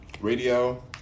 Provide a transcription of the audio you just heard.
Radio